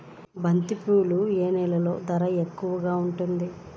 బంతిపూలు ఏ నెలలో ధర ఎక్కువగా ఉంటుంది?